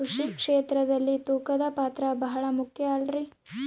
ಕೃಷಿ ಕ್ಷೇತ್ರದಲ್ಲಿ ತೂಕದ ಪಾತ್ರ ಬಹಳ ಮುಖ್ಯ ಅಲ್ರಿ?